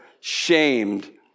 shamed